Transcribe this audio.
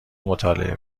مطالعه